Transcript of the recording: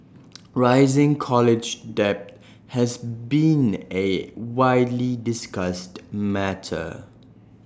rising college debt has been A widely discussed matter